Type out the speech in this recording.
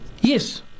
yes